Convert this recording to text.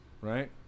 right